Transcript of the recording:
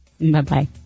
Bye-bye